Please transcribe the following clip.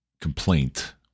complaint